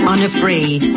Unafraid